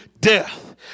death